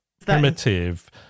primitive